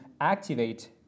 activate